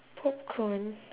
popcorn